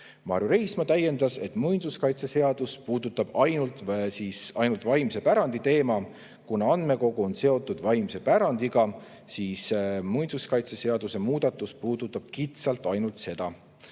Marju Reismaa täiendas, et muinsuskaitseseadus puudutab ainult vaimse pärandi teemat. Kuna andmekogu on seotud vaimse pärandiga, siis muinsuskaitseseaduse muudatus puudutab kitsalt ainult seda.